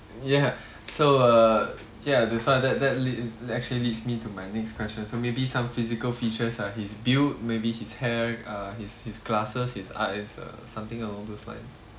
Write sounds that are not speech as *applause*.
ya *breath* so uh ya that's why that that leads actually leads me to my next question so maybe some physical features lah his built maybe his hair uh his his glasses his eyes uh something along those lines